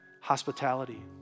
hospitality